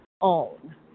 own